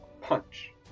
punch